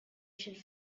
should